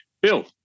Bill